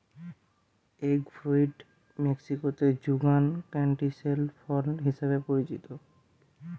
egg fruit মেক্সিকোতে যুগান ক্যান্টিসেল ফল হিসেবে পরিচিত